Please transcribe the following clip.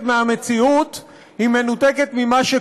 היא מנותקת מהמציאות,